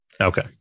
Okay